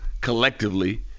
collectively